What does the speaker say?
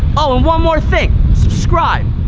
oh and one more thing subscribe